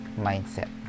mindset